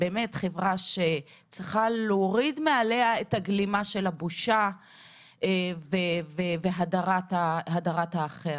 חברה שצריכה להוריד מעליה את הגלימה של הבושה והדרת האחר.